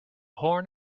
horn